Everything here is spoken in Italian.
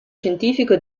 scientifico